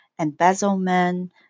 embezzlement